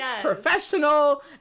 professional